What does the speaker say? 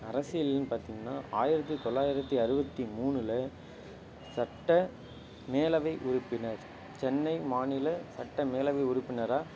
அரசியலிலும் பார்த்திங்கன்னா ஆயரத்து தொள்ளாயரத்து அறுபத்தி மூணுல சட்ட மேலவை உறுப்பினர் சென்னை மாநில சட்ட மேலவை உறுப்பினராக